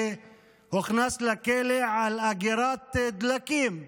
שהוכנס לכלא על אגירת דלקים,